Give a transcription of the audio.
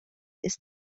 ist